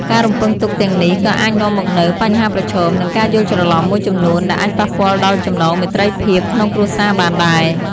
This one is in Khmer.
ការរំពឹងទុកទាំងនេះក៏អាចនាំមកនូវ បញ្ហាប្រឈម និង ការយល់ច្រឡំ មួយចំនួន ដែលអាចប៉ះពាល់ដល់ចំណងមេត្រីភាពក្នុងគ្រួសារបានដែរ។